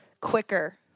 quicker